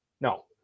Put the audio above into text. No